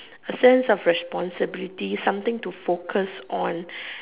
exams have responsibility something to focus on